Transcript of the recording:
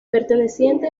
perteneciente